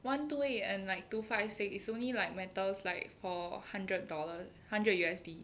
one two eight and like two five six it's only like matters like for hundred dollars hundred U_S_D